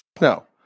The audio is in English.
No